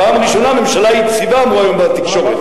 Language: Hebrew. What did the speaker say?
פעם ראשונה הממשלה יציבה, אמרו היום בתקשורת.